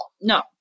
No